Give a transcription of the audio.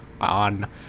on